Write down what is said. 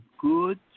good